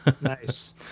Nice